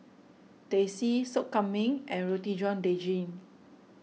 Teh C Sop Kambing and Roti John Daging